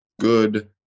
good